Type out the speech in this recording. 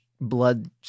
blood